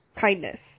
kindness